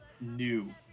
new